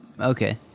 Okay